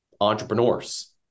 entrepreneurs